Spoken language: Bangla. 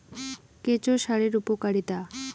কেঁচো সারের উপকারিতা?